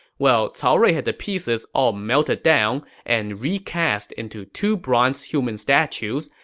well, cao rui had the pieces all melted down and recast into two bronze human statues,